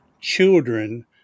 children